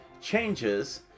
Changes